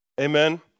Amen